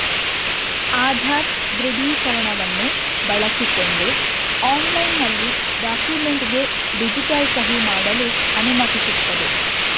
ಆಧಾರ್ ದೃಢೀಕರಣವನ್ನು ಬಳಸಿಕೊಂಡು ಆನ್ಲೈನಿನಲ್ಲಿ ಡಾಕ್ಯುಮೆಂಟಿಗೆ ಡಿಜಿಟಲ್ ಸಹಿ ಮಾಡಲು ಅನುಮತಿಸುತ್ತದೆ